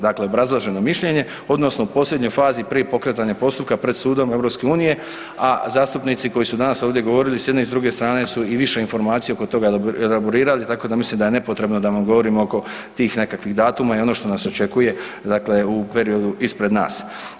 Dakle, obrazloženo mišljenje odnosno posljednjoj fazi prije pokretanja postupka pred Sudom EU, a zastupnici koji su danas ovdje govorili s jedne i druge strane su i više informacija oko toga dobili, elaborirali tako da mislim da je nepotrebno da vam govorim oko tih nekakvih datuma i ono što nas očekuje dakle u periodu ispred nas.